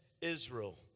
Israel